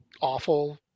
awful